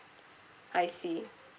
I see